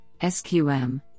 SQM